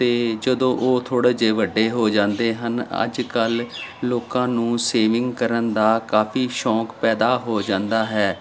ਅਤੇ ਜਦੋਂ ਉਹ ਥੋੜ੍ਹੇ ਜਿਹੇ ਵੱਡੇ ਹੋ ਜਾਂਦੇ ਹਨ ਅੱਜ ਕੱਲ੍ਹ ਲੋਕਾਂ ਨੂੰ ਸੇਵਿੰਗ ਕਰਨ ਦਾ ਕਾਫ਼ੀ ਸ਼ੌਂਕ ਪੈਦਾ ਹੋ ਜਾਂਦਾ ਹੈ